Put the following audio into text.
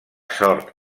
sort